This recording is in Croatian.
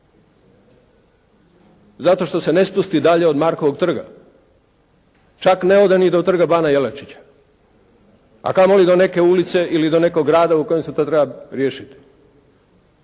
Zato što se ne spusti dalje od Markovog trga, čak ne ode ni do Trga bana Jelačića a kamoli a kamoli do neke ulice ili do nekog grada u kojem se to treba riješiti.